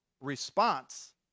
response